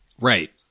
Right